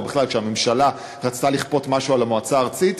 או בכלל כשהממשלה רצתה לכפות משהו על המועצה הארצית,